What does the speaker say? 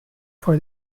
for